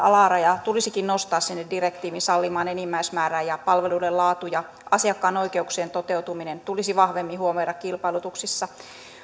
alarajaa tulisikin nostaa sinne direktiivin sallimaan enimmäismäärään ja palveluiden laatu ja asiakkaan oikeuksien toteutuminen tulisi vahvemmin huomioida kilpailutuksissa